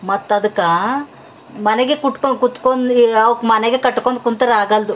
ಮತ್ತದ್ಕೆ ಮನೆಗೆ ಕುಟ್ಕೋ ಕುತ್ಕೊಂಡಿ ಅವಕ್ ಮನೆಗೆ ಕಟ್ಕೊಂಡ್ ಕುಂತ್ರ ಆಗಲ್ದು